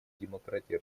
демократии